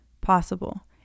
possible